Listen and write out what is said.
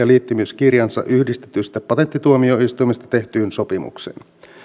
liittymiskirjansa yhdistetystä patenttituomioistuimesta tehtyyn sopimukseen